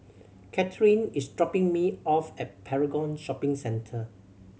Kathryne is dropping me off at Paragon Shopping Centre